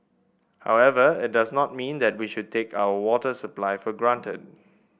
however it does not mean that we should take our water supply for granted